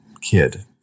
kid